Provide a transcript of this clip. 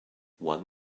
one